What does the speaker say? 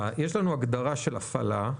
יש הגדרה של הפעלה,